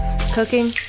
cooking